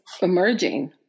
emerging